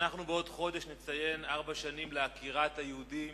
בעוד חודש נציין ארבע שנים לעקירת היהודים